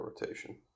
rotation